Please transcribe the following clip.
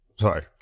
Sorry